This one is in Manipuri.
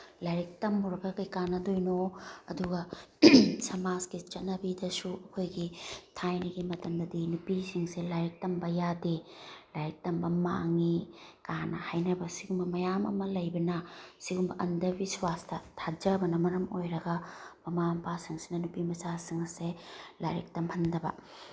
ꯂꯥꯏꯔꯤꯛ ꯇꯝꯃꯨꯔꯒ ꯀꯔꯤ ꯀꯥꯟꯅꯗꯣꯏꯅꯣ ꯑꯗꯨꯒ ꯁꯃꯥꯖꯀꯤ ꯆꯠꯅꯕꯤꯗꯁꯨ ꯑꯩꯈꯣꯏꯒꯤ ꯊꯥꯏꯅꯒꯤ ꯃꯇꯝꯗꯗꯤ ꯅꯨꯄꯤꯁꯤꯡꯁꯦ ꯂꯥꯏꯔꯤꯛ ꯇꯝꯕ ꯌꯥꯗꯦ ꯂꯥꯏꯔꯤꯛ ꯇꯝꯕ ꯃꯥꯡꯉꯤ ꯀꯥꯏꯅ ꯍꯥꯏꯅꯕ ꯁꯤꯒꯨꯝꯕ ꯃꯌꯥꯝ ꯑꯃ ꯂꯩꯕꯅ ꯁꯤꯒꯨꯝꯕ ꯑꯟꯗꯕꯤꯁꯋꯥꯁꯇ ꯊꯥꯖꯕꯅ ꯃꯔꯝ ꯑꯣꯏꯔꯒ ꯃꯃꯥ ꯃꯄꯥꯁꯤꯡꯁꯤꯅ ꯅꯨꯄꯤ ꯃꯆꯥꯁꯤꯡ ꯑꯁꯦ ꯂꯥꯏꯔꯤꯛ ꯇꯝꯍꯟꯗꯕ